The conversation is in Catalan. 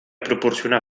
proporcionar